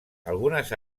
algunes